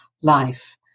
life